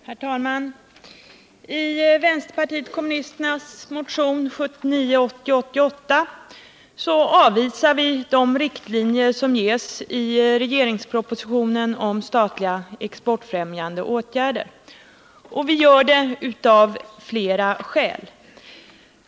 Herr talman! I vpk:s motion 1979/80:88 avvisar vi de riktlinjer som ges i regeringspropositionen om statliga exportfrämjande åtgärder. Vi gör det av flera skäl.